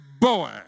Boy